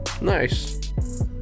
Nice